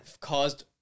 caused